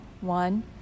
one